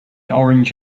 orange